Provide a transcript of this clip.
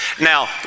Now